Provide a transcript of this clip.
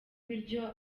ibiryo